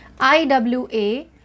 IWA